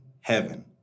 Heaven